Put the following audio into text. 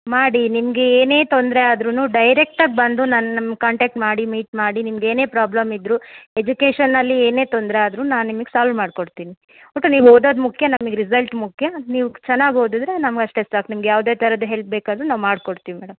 ಮಾಡಿ ನಿಮಗೆ ಏನೇ ತೊಂದರೆ ಆದ್ರು ಡೈರೆಕ್ಟ್ ಆಗಿ ಬಂದು ನನ್ನ ನಮ್ಮ ಕಾಂಟ್ಯಾಕ್ಟ್ ಮಾಡಿ ಮೀಟ್ ಮಾಡಿ ನಿಮ್ಗೆ ಏನೇ ಪ್ರಾಬ್ಲಮ್ ಇದ್ದರೂ ಎಜುಕೇಷನಲ್ಲಿ ಏನೇ ತೊಂದರೆ ಆದರೂ ನಾ ನಿಮಗ್ ಸಾಲ್ವ್ ಮಾಡಿ ಕೊಡ್ತೀನಿ ಒಟ್ಟು ನೀವು ಓದೋದು ಮುಖ್ಯ ನಮಗೆ ರಿಸಲ್ಟ್ ಮುಖ್ಯ ನೀವು ಚೆನ್ನಾಗಿ ಓದಿದ್ರೆ ನಮ್ಗೆ ಅಷ್ಟೇ ಸಾಕು ನಿಮಗೆ ಯಾವುದೇ ಥರದ ಹೆಲ್ಪ್ ಬೇಕಾದರೂ ನಾವು ಮಾಡ್ಕೊಡ್ತೀವಿ ಮೇಡಮ್